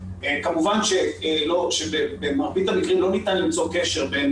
כמובן שבמרבית המקרים לא ניתן למצוא קשר בין